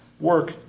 work